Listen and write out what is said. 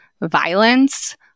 violence